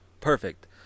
perfect